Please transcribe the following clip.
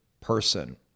person